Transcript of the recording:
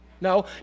No